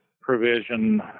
provision